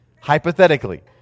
hypothetically